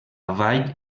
vall